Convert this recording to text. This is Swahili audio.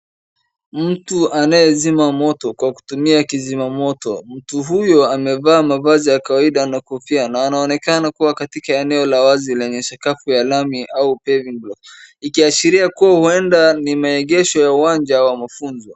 Mtu anayezima moto kwa kutumia kizima moto. Mtu huyo amevaa mavazi ya kawaida na kofia na anonekana kuwa katika eneo ya wazi lenye sakafu ya lami au paving block . Ikiashiria kuwa huenda ni maegesho ya uwanja wa mafunzo